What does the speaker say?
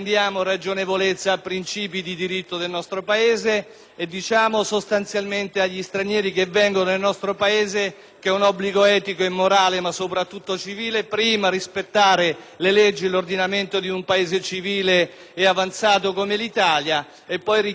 che è un obbligo etico e morale, ma soprattutto civile, in primo luogo rispettare le leggi dell'ordinamento di un Paese civile e avanzato come l'Italia e poi richiedere quelle misure di solidarietà che all'interno di queste leggi approviamo. *(Applausi dal Gruppo